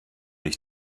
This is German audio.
ich